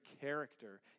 character